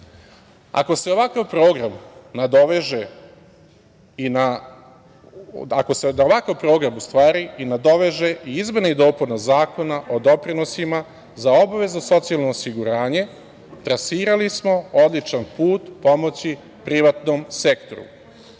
se na ovakav program nadovežu izmene i dopune Zakona o doprinosimaza obavezno socijalno osiguranje trasirali smo odličan put pomoći privatnom sektoru.